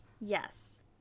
Yes